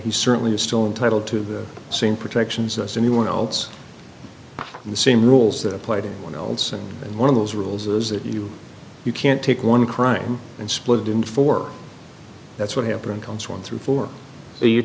he certainly is still entitle to the same protections as anyone else and the same rules that apply to one else and one of those rules is that you you can't take one crime and split it in four that's what happened comes one through four are you